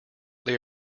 they